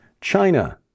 China